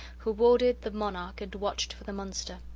who warded the monarch and watched for the monster.